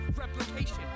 Replication